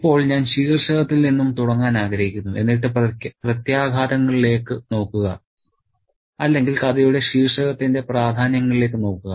ഇപ്പോൾ ഞാൻ ശീർഷകത്തിൽ നിന്നും തുടങ്ങാൻ ആഗ്രഹിക്കുന്നു എന്നിട്ട് പ്രത്യാഘാതങ്ങളിലേക്ക് നോക്കുക അല്ലെങ്കിൽ കഥയുടെ ശീർഷകത്തിന്റെ പ്രാധാന്യങ്ങളിലേക്ക് നോക്കുക